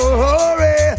hurry